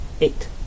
Eight